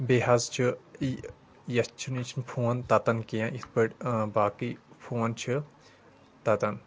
بیٚیہِ حظ چھُ یہِ یتھ چھنہٕ یہِ چھُنہٕ فون تتان کیٚنٛہہ یِتھ پٲٹھۍ باقٕے فون چھِ تتان